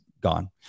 gone